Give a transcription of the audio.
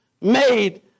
made